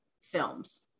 films